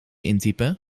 intypen